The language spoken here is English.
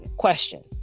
question